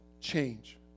change